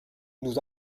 nous